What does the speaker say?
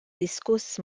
diskuss